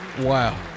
Wow